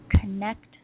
connect